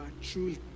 truly